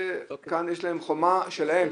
כאן יש להן חומה שלהן,